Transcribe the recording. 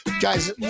Guys